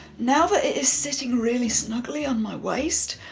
now that it is sitting really snugly on my waist,